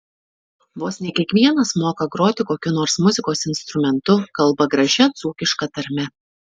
vos ne kiekvienas moka groti kokiu nors muzikos instrumentu kalba gražia dzūkiška tarme